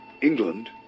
England